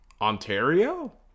Ontario